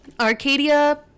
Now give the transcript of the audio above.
Arcadia